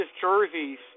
jerseys